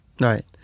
Right